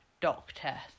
Doctor